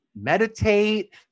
meditate